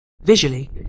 Visually